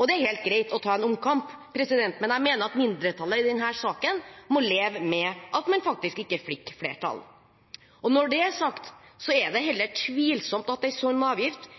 Det er helt greit å ta en omkamp, men jeg mener at mindretallet i denne saken må leve med at man faktisk ikke fikk flertall. Når det er sagt, er det heller tvilsomt at en sånn avgift